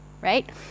right